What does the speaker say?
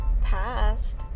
past